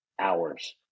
hours